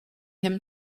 him